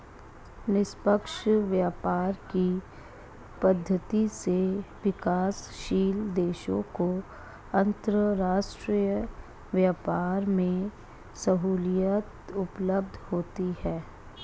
निष्पक्ष व्यापार की पद्धति से विकासशील देशों को अंतरराष्ट्रीय व्यापार में सहूलियत उपलब्ध होती है